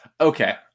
Okay